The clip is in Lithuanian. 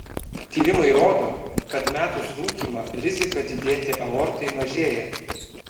tyrimai rodo kad metus rūkymą rizika didėti aortai mažėja